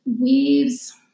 weaves